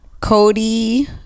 Cody